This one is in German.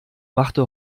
machte